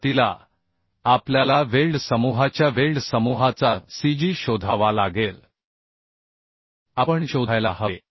सुरुवातीला आपल्याला वेल्ड समूहाच्या वेल्ड समूहाचा cg शोधावा लागेल आपण शोधायला हवे